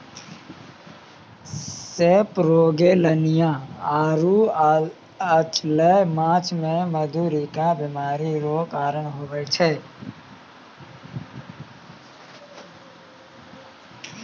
सेपरोगेलनिया आरु अचल्य माछ मे मधुरिका बीमारी रो कारण हुवै छै